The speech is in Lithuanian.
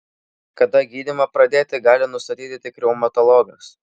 kada gydymą pradėti gali nustatyti tik reumatologas